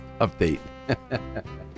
update